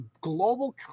global